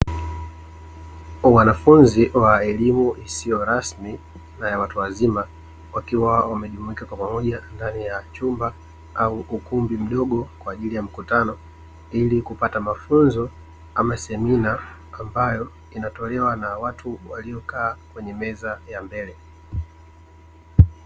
Wanafunzi wa elimu isiyo rasmi na yawatu wazima wakiwa wamejumuika kwa pamoja ndani ya chumba au ukumbi mdogo, kwaajili ya mkutano ili kupata mafunzo ama semina ambayo inatolewa na watu waliokaa kwenye meza ya mbele.